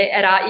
era